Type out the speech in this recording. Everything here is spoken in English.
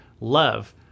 love